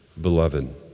beloved